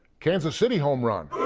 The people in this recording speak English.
kansas city homerun.